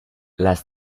las